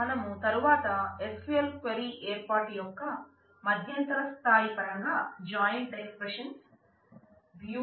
మనం తరువాత SQL query చేసాము